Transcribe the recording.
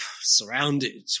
surrounded